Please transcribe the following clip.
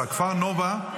בכפר נובא,